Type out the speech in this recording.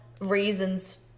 reasons